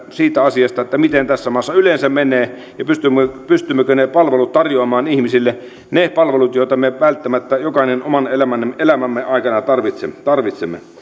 siitä asiasta miten tässä maassa yleensä menee ja pystymmekö ne palvelut tarjoamaan ihmisille ne palvelut joita me välttämättä jokainen oman elämämme aikana tarvitsemme